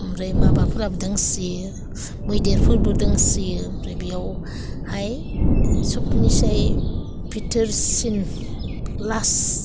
ओमफ्राय माबाफोराबो दंसोयो मैदेरफोरबो दंसोयो ओमफ्राय बेयाव हाय सबनिफ्राय बिथरसिन लास्ट